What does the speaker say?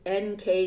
NK